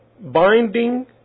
binding